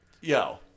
yo